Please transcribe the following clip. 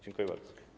Dziękuję bardzo.